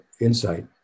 insight